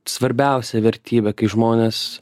svarbiausia vertybė kai žmonės